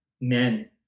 men